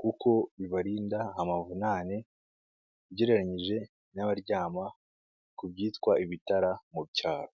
kuko bibarinda amavunane ugereranyije n'abaryama ku byitwa ibitara mu cyaro.